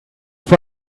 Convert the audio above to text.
für